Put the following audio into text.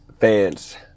fans